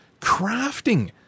crafting